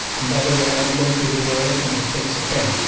and by the way, i belong to a generation that takes a pen